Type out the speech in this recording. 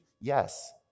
Yes